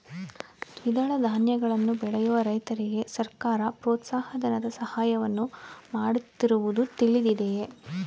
ದ್ವಿದಳ ಧಾನ್ಯಗಳನ್ನು ಬೆಳೆಯುವ ರೈತರಿಗೆ ಸರ್ಕಾರ ಪ್ರೋತ್ಸಾಹ ಧನದ ಸಹಾಯವನ್ನು ಮಾಡುತ್ತಿರುವುದು ತಿಳಿದಿದೆಯೇ?